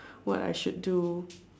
what I should do